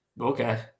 Okay